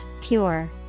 pure